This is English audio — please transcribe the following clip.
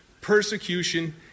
persecution